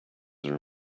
are